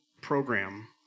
program